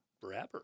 forever